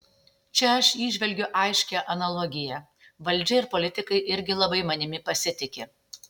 čia aš įžvelgiu aiškią analogiją valdžia ir politikai irgi labai manimi pasitiki